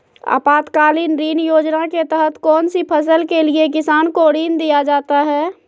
आपातकालीन ऋण योजना के तहत कौन सी फसल के लिए किसान को ऋण दीया जाता है?